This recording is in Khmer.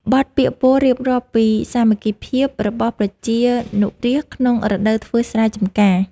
បទពាក្យពោលរៀបរាប់ពីសាមគ្គីភាពរបស់ប្រជានុរាស្ត្រក្នុងរដូវធ្វើស្រែចម្ការ។